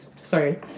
sorry